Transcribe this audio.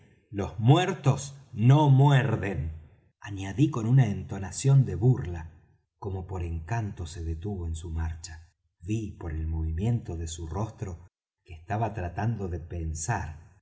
los muertos no muerden añadí con una entonación de burla como por encanto se detuvo en su marcha ví por el movimiento de su rostro que estaba tratando de pensar